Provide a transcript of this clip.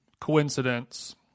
coincidence